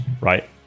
Right